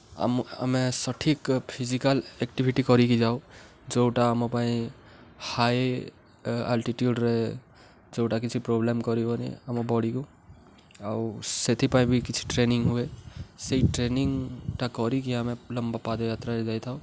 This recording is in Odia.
ଆମ ଆମେ ସଠିକ୍ ଫିଜିକାଲ୍ ଆକ୍ଟିଭିଟି କରିକି ଯେଉଁ ଯେଉଁଟା ଆମ ପାଇଁ ହାଇ ଆଲଟିଟ୍ୟୁଡ଼୍ରେ ଯେଉଁଟା କିଛି ପ୍ରୋବ୍ଲେମ୍ କରିବନି ଆମ ବଡ଼ିକୁ ଆଉ ସେଥିପାଇଁ ବି କିଛି ଟ୍ରେନିଂ ହୁଏ ସେହି ଟ୍ରେନିଂଟା କରିକି ଆମେ ଲମ୍ବା ପାଦଯାତ୍ରାରେ ଯାଇଥାଉ